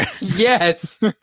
Yes